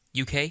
UK